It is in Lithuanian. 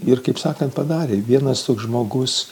ir kaip sakant padarė vienas toks žmogus